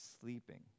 sleeping